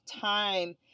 time